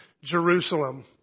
Jerusalem